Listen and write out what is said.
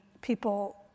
people